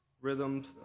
rhythms